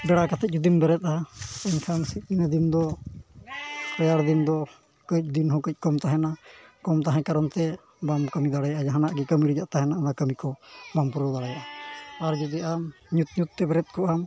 ᱵᱮᱲᱟ ᱠᱟᱛᱮᱫ ᱡᱩᱫᱤᱢ ᱵᱮᱨᱮᱫᱼᱟ ᱮᱱᱠᱷᱟᱱ ᱤᱱᱟᱹ ᱫᱤᱱ ᱫᱚ ᱨᱮᱭᱟᱲ ᱫᱤᱱ ᱫᱚ ᱠᱟᱹᱡ ᱫᱤᱱ ᱦᱚᱸ ᱠᱟᱹᱡ ᱠᱚᱢ ᱛᱟᱦᱮᱱᱟ ᱠᱚᱢ ᱛᱟᱦᱮᱸ ᱠᱟᱨᱚᱱ ᱛᱮ ᱵᱟᱢ ᱠᱟᱹᱢᱤ ᱫᱟᱲᱮᱭᱟᱜᱼᱟ ᱡᱟᱦᱟᱱᱟᱜ ᱜᱮ ᱠᱟᱹᱢᱤ ᱨᱮᱭᱟᱜ ᱛᱟᱦᱮᱱᱟ ᱚᱱᱟ ᱠᱟᱹᱢᱤ ᱠᱚ ᱵᱟᱢ ᱯᱩᱨᱟᱹᱣ ᱫᱟᱲᱮᱭᱟᱼᱟ ᱟᱨ ᱡᱩᱫᱤ ᱟᱢ ᱧᱩᱛ ᱧᱩᱛ ᱛᱮ ᱵᱮᱨᱮᱫ ᱠᱚᱜ ᱟᱢ